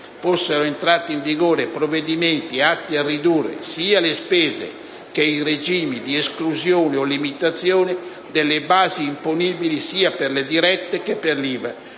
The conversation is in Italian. fossero entrati in vigore provvedimenti atti a ridurre sia le spese che i regimi di esclusione o limitazione delle basi imponibili sia per le imposte dirette che per l'IVA,